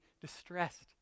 distressed